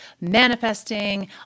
manifesting